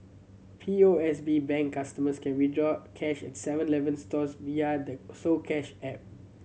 P O S B Bank customers can withdraw cash at Seven Eleven stores via the soCash app